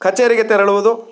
ಕಛೇರಿಗೆ ತೆರಳುವುದು